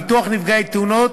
ביטוח נפגעי תאונות,